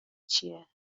چیه